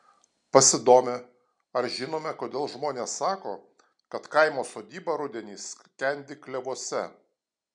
pasidomi ar žinome kodėl žmonės sako kad kaimo sodyba rudenį skendi klevuose